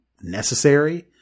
necessary